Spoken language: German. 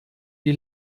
die